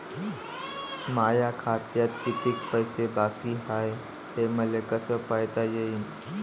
माया खात्यात कितीक पैसे बाकी हाय हे मले कस पायता येईन?